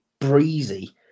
breezy